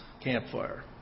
campfire